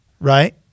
right